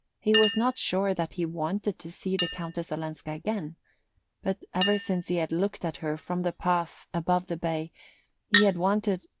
he was not sure that he wanted to see the countess olenska again but ever since he had looked at her from the path above the bay he had wanted,